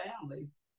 families